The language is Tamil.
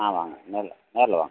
ஆ வாங்க நேரில் நேரில் வாங்க